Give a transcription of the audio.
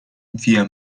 via